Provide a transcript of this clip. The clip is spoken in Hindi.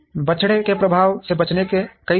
बछड़े के प्रभाव से बचने के कई तरीके